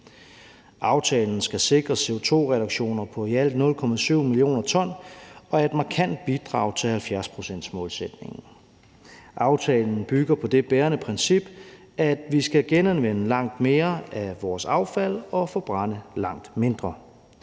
Aftalen skal sikre CO2-reduktioner på i alt 0,7 mio. t og er et markant bidrag til 70-procentsmålsætningen. Aftalen bygger på det bærende princip, at vi skal genanvende langt mere af vores affald og forbrænde langt mindre.